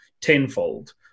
tenfold